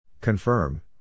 Confirm